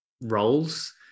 roles